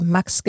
Max